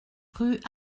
rue